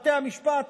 בתי המשפט,